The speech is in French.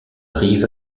rive